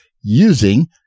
using